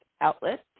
outlets